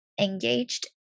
engaged